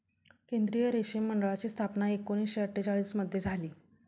केंद्रीय रेशीम मंडळाची स्थापना एकूणशे अट्ठेचालिश मध्ये झाली